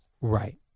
Right